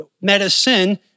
medicine